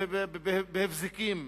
בהבזקים,